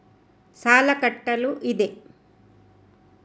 ಸಾಲ ಕಟ್ಟಲು ಇದೆ